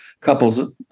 couples